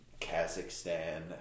Kazakhstan